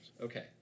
Okay